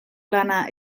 lana